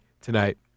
tonight